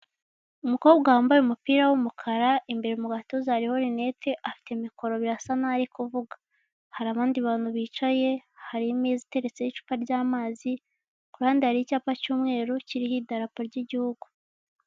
Umukobwa wambaye umupira w'umukara imbere mu gatuza hariho rinete, afite mikoro birasa nk'aho ari kuvuga. Hari abandi bantu bicaye, hari imeza iteretseho icupa ry'amazi, ku ruhande hari icyapa cy'umweru kiriho idarapo ry'igihugu.